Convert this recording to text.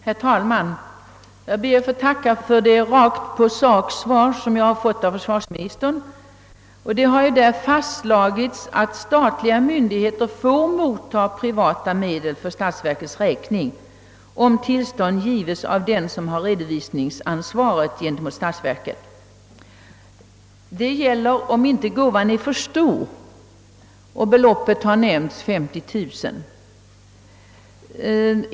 Herr talman! Jag ber att få tacka för det rakt på sak gående svar, som jag har fått av försvarsministern. Det har i detta fastslagits att statliga myndigheter får mottaga privata medel för statsverkets räkning, om tillstånd gives av den som har redovisningsansvar gentemot statsverket. Det gäller om inte gåvan är för stor; det belopp som nämnts är 50 000 kronor. Gäller det större belopp skall Kungl. Maj:ts tillstånd inhämtas.